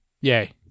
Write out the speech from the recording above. Yay